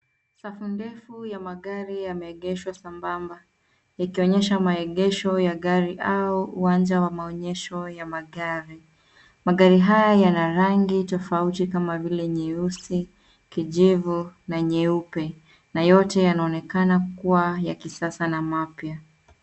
Safu ndefu ya magari yameegeshwa sambamba ikionyesha maegesho ya gari au uwanja wa maonyesho ya magari. Magari haya yana rangi tofauti kama vile nyeusi, kijivu na nyeupe. Na yote yanaonekana kuwa ya kisasa na mapya.